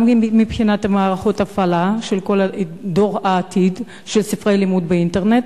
גם מבחינת מערכות ההפעלה של כל דור העתיד של ספרי הלימוד באינטרנט,